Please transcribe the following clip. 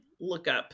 lookup